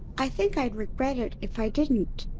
i think i'd regret it if i didn't.